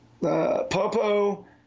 Popo